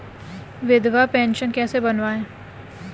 विधवा पेंशन कैसे बनवायें?